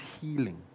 healing